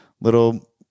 little